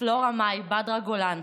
פלורה מאי בדרה גולן,